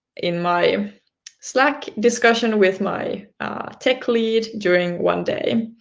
in my slack discussion with my tech lead during one day.